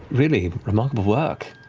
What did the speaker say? really, remarkable work.